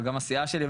גם הסיעה שלי,